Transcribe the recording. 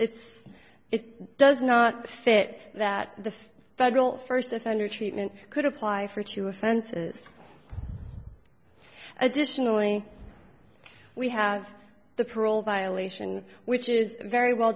it does not fit that the federal first offender treatment could apply for two offenses additionally we have the parole violation which is very well